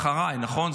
"אחריי" נכון,